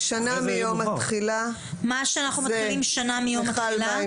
ביום ________"; מה שמתחילים שנה מיום התחילה זה מיכל מים